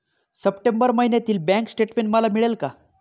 September महिन्यातील bank statement मला मिळेल का?